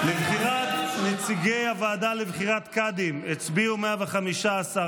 לבחירת נציגי הוועדה לבחירת קאדים הצביעו 115,